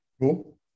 Cool